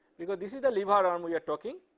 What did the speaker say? because this the the lever arm we are talking,